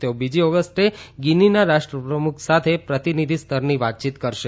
તેઓ બીજી ઓગસ્ટે ગીનીના રાષ્ટ્રપ્રમુખ સાથે પ્રતિનિધીસ્તરની વાતચીત કરશે